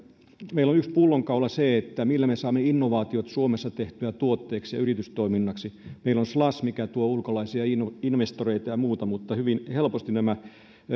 meillä on yksi pullonkaula se millä me saamme innovaatiot suomessa tehtyä tuotteeksi ja yritystoiminnaksi meillä on slush mikä tuo ulkolaisia investoreita ja muuta mutta hyvin helposti nämä